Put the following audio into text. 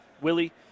Willie